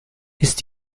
ist